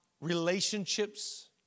relationships